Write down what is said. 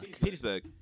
Petersburg